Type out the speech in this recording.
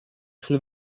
sul